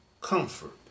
comfort